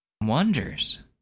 wonders